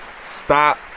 Stop